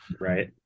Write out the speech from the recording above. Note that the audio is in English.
Right